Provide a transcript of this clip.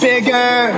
Bigger